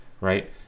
right